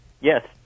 Yes